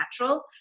natural